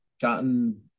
gotten